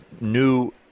new